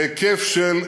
בהיקף של,